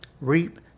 reap